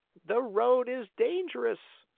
the road is dangerous.